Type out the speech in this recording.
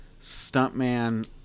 stuntman